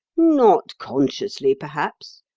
not consciously, perhaps,